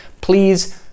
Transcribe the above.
Please